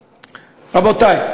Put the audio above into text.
רבותי,